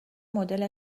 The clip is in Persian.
مدل